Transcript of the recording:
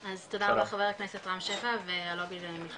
אז תודה רבה חבר הכנסת רם שפע והועד למלחמה